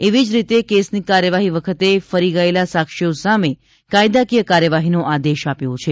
એવી જ રીતે કેસની કાર્યવાહી વખતે ફરી ગયેલા સાક્ષીઓ સામે કાયદાકીય કાર્યવાહીનો આદેશ આપ્યો છે